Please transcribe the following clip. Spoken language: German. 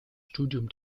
studium